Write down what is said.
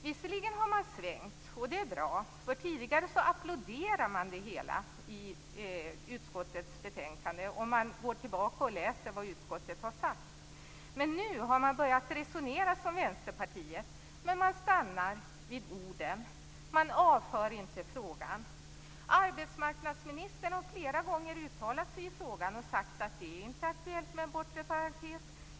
Visserligen har man svängt, och det är bra. Tidigare applåderade man nämligen det hela i utskottets betänkande. Det ser man om man går tillbaka och läser vad utskottet har sagt. Nu har man börjat resonera som Vänsterpartiet, men det stannar vid orden. Man avför inte frågan. Arbetsmarknadsministern har flera gånger uttalat sig i frågan och sagt att det inte är aktuellt med en bortre parentes.